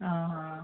आं आं